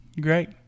Great